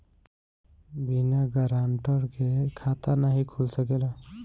बिना गारंटर के खाता नाहीं खुल सकेला?